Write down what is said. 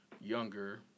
younger